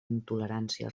intolerància